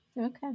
Okay